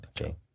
Okay